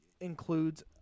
includes